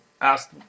asked